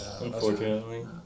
Unfortunately